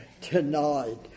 tonight